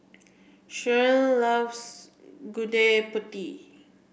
Shirl loves Gudeg Putih